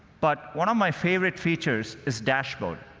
but one of my favorite features is dashboard.